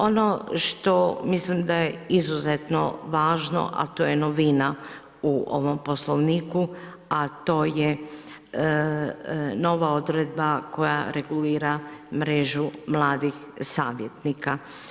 Ono što mislim da je izuzetno važno a to je novina u ovom Poslovniku a to je nova odredba koja regulira mrežu mladih savjetnika.